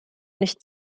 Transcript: nicht